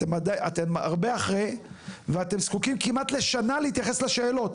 אתם הרבה אחרי ואתם זקוקים כמעט לשנה להתייחס לשאלות.